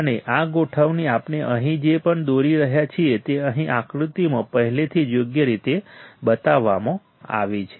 અને આ ગોઠવણી આપણે અહીં જે પણ દોરી રહ્યા છીએ તે અહીં આકૃતિમાં પહેલાથી જ યોગ્ય રીતે બતાવવામાં આવી છે